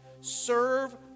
Serve